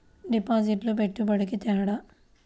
డిపాజిట్కి పెట్టుబడికి తేడా?